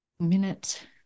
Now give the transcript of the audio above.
minute